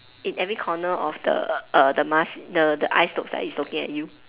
in every corner of the err the mask the the eyes looks like it's looking at you